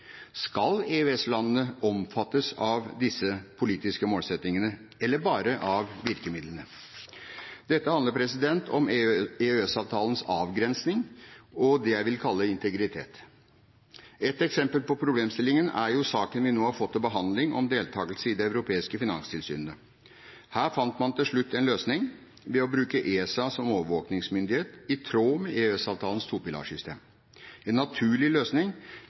Skal EØS-landene omfattes av disse politiske målsettingene, eller bare av virkemidlene? Dette handler om EØS-avtalens avgrensning og det jeg vil kalle integritet. Ett eksempel på problemstillingen er jo saken vi nå har fått til behandling om deltakelse i de europeiske finanstilsynene. Her fant man til slutt en løsning ved å bruke ESA som overvåkningsmyndighet, i tråd med EØS-avtalens topilarsystem, en naturlig løsning